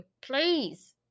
please